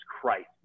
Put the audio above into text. Christ